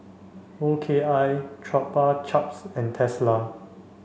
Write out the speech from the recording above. O K I Chupa Chups and Tesla